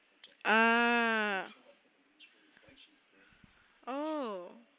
ah oh